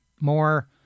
more